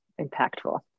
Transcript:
impactful